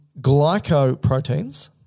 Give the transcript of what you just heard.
glycoproteins